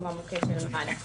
שהוא המוקד של מד"א כמובן.